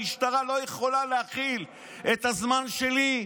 המשטרה לא יכולה להכיל את הזמן שלי,